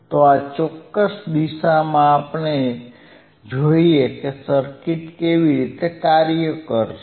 તો આ ચોક્કસ કિસ્સામાં આપણે જોઈએ કે સર્કિટ કેવી રીતે કાર્ય કરશે